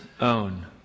own